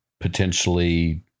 potentially –